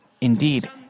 Indeed